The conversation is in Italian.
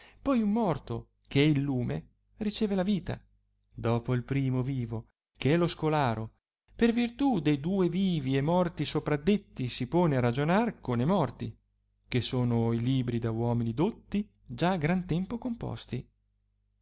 poi un morto che è il lume riceve la vita dopo il primo vivo che è lo scolare per virtù de duo vivi e morti sopradetti si pone a ragionare con e morti che sono i libri da uomini dotti già gran tempo composti